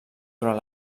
durant